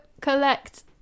collect